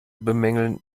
bemängeln